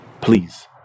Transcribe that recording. Please